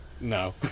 No